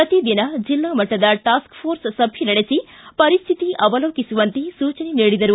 ಪ್ರತಿ ದಿನ ಜಿಲ್ಲಾಮಟ್ಟದ ಟಾಸ್ಕ್ಫೋರ್ಸ್ ಸಭೆ ನಡೆಸಿ ಪರಿಸ್ತಿತಿ ಅವಲೋಕಿಸುವಂತೆ ಸೂಚನೆ ನೀಡಿದರು